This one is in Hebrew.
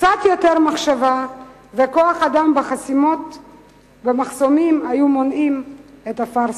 קצת יותר מחשבה וכוח-אדם במחסומים היו מונעים את הפארסה.